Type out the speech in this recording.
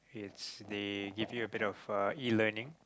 it's they give you a bit of e-learning